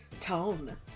tone